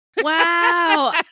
Wow